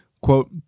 quote